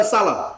Salah